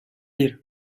ear